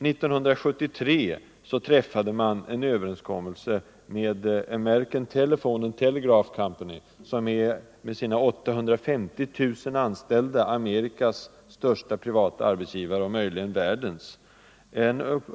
1973 träffade man en överenskommelse med American Telephone and Telegraph Company, som 37 med sina 850 000 anställda är Amerikas största privata arbetsgivare och möjligen världens.